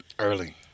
Early